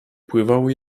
pływały